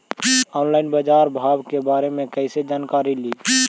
Online बाजार भाव के बारे मे कैसे जानकारी ली?